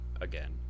again